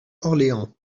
orléans